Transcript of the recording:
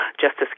Justice